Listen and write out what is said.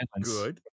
good